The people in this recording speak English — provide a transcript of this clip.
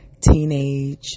Teenage